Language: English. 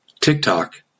TikTok